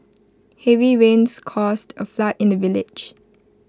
heavy rains caused A flood in the village